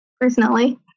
personally